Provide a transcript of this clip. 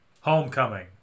Homecoming